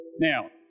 Now